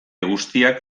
guztiak